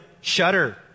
shudder